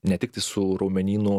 ne tiktai su raumenynu